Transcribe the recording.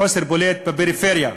החוסר בולט בפריפריה.